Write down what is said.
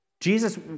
Jesus